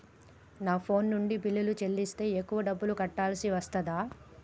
నా ఫోన్ నుండి బిల్లులు చెల్లిస్తే ఎక్కువ డబ్బులు కట్టాల్సి వస్తదా?